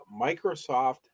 Microsoft